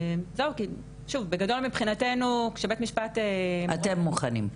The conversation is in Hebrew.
שוב, בגדול מבחינתנו --- אתם מוכנים.